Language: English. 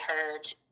heard